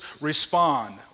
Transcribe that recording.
respond